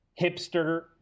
hipster